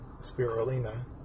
spirulina